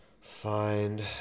find